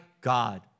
God